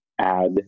add